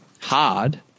hard